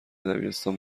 دبیرستان